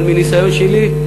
אבל מניסיון שלי,